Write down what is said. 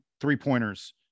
three-pointers